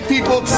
people